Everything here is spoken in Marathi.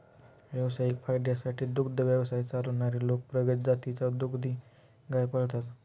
व्यावसायिक फायद्यासाठी दुग्ध व्यवसाय चालवणारे लोक प्रगत जातीची दुभती गाय पाळतात